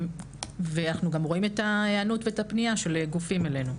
אנחנו גם רואים את היענות והפנייה של הגופים אלינו.